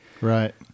Right